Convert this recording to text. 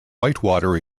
whitewater